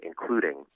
including